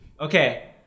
Okay